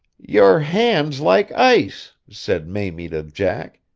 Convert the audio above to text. your hand's like ice, said mamie to jack,